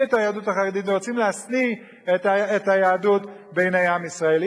את היהדות החרדית ורוצים להשניא את היהדות בעיני עם ישראל.